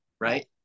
Right